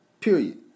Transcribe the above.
Period